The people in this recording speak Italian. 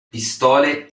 pistole